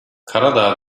karadağ